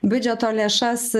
biudžeto lėšas